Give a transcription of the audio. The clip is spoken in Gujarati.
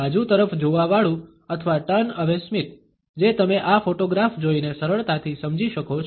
બાજુ તરફ જોવાવાળુ અથવા ટર્ન અવે સ્મિત જે તમે આ ફોટોગ્રાફ જોઈને સરળતાથી સમજી શકો છો